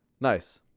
Nice